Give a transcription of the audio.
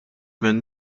minn